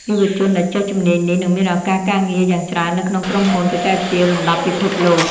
យុវជនដែលចេះជំនាញនេះនឹងមានឱកាសការងារយ៉ាងច្រើននៅក្នុងក្រុមហ៊ុនបច្ចេកវិទ្យាលំដាប់ពិភពលោក។